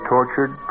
tortured